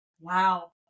Wow